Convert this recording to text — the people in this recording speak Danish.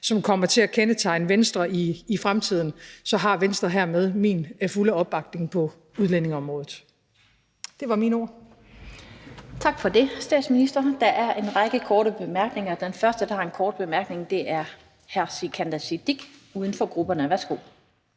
som kommer til at kendetegne Venstre i fremtiden, så har Venstre hermed min fulde opbakning på udlændingeområdet. Det var mine ord. Kl. 13:59 Den fg. formand (Annette Lind): Tak for det, statsminister. Der er en række korte bemærkninger. Den første, der har en kort bemærkning, er hr. Sikandar Siddique, UFG. Værsgo.